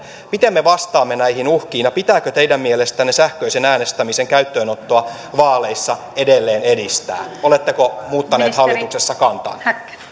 miten me vastaamme näihin uhkiin ja pitääkö teidän mielestänne sähköisen äänestämisen käyttöönottoa vaaleissa edelleen edistää oletteko muuttaneet hallituksessa kantaanne